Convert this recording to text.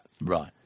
Right